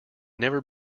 never